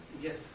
Yes